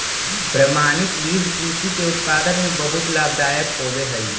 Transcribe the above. प्रमाणित बीज कृषि के उत्पादन में बहुत लाभदायक होवे हई